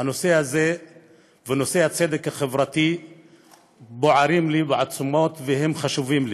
הנושא הזה ונושא הצדק החברתי בוערים לי בעצמות וחשובים לי.